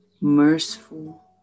Merciful